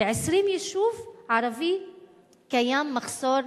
ב-20 יישובים ערביים קיים מחסור.